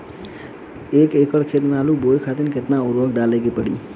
एक एकड़ खेत मे आलू उपजावे मे केतना उर्वरक डाले के पड़ी?